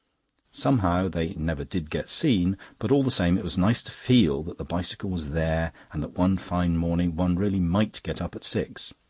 somehow they never did get seen, but all the same it was nice to feel that the bicycle was there, and that one fine morning one really might get up at six.